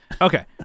Okay